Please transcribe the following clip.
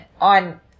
on